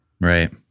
right